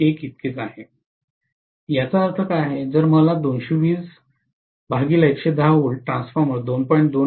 1 इतकेच आहे याचा अर्थ काय आहे जर मला हे V ट्रान्सफॉर्मर 2